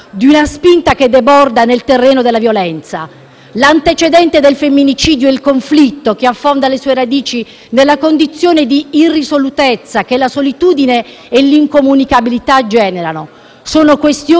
L'antecedente del femminicidio è il conflitto che affonda le sue radici nella condizione di irrisolutezza che la solitudine e l'incomunicabilità generano. Sono questioni sociali che necessitano di azione politica.